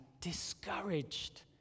discouraged